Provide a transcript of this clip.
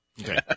Okay